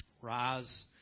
Rise